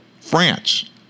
France